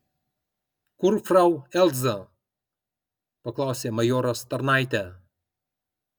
kur frau elza paklausė majoras tarnaitę